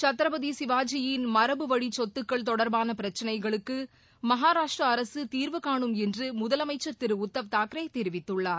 சத்ர்பதிசிவாஜியின் மரபுவழி சொத்துக்கள் தொடர்பானபிரச்சனைகளுக்குமாகாராஷ்டிரஅரசுதீர்வுகானும் என்றுமுதலமைச்சர் திருஉத்தவ் தாக்கரேதெரிவித்துள்ளார்